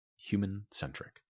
human-centric